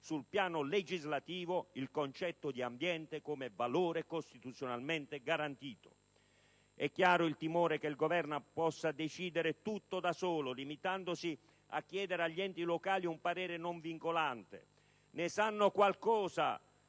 sul piano legislativo il concetto di ambiente come valore costituzionalmente garantito. È chiaro il timore che il Governo possa decidere tutto da solo, limitandosi a chiedere agli enti locali un parere non vincolante. Ne sanno qualcosa